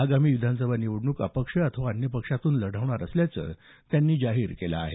आगामी विधानसभा निवडणूक अपक्ष अथवा अन्य पक्षातून लढवणार असल्याचं त्यांनी जाहीर केलं आहे